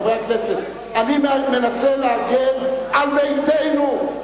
חברי הכנסת, אני מנסה להגן על ביתנו,